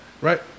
Right